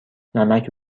نمک